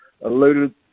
alluded